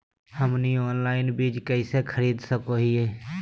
हमनी ऑनलाइन बीज कइसे खरीद सको हीयइ?